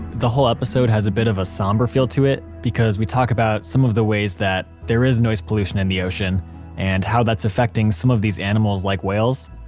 the whole episode has a bit of a somber feel to it because we talk about some of the ways that there is noise pollution in the ocean and how that's affecting some of these animals like whales.